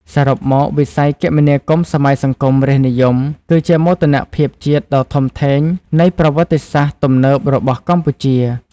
សរុបមក វិស័យគមនាគមន៍សម័យសង្គមរាស្ត្រនិយមគឺជាមោទនភាពជាតិដ៏ធំធេងនៃប្រវត្តិសាស្ត្រទំនើបរបស់កម្ពុជា។